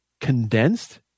condensed